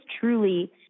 truly